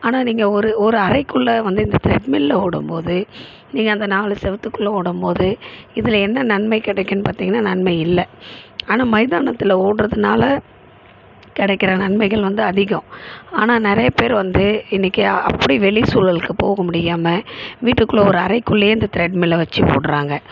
ஆனால் நீங்கள் ஒரு ஒரு அறைக்குள்ள வந்து இந்த த்ரெட்மில்ல ஓடும் போது நீங்கள் அந்த நாலு சுவுத்துக்குள்ள ஓடும் போது இதில் என்ன நன்மை கிடைக்கும்னு பார்த்திங்கனா நன்மை இல்லை ஆனால் மைதானத்தில் ஓடுறதுனால கிடைக்குற நன்மைகள் வந்து அதிகம் ஆனால் நிறைய பேர் வந்து இன்றைக்கு அப்படி வெளி சூழலுக்கு போக முடியாமல் வீட்டுக்குள்ள ஒரு அறைக்குள்ளையே இந்த த்ரெட்மில்லை வச்சு ஓட்டுறாங்க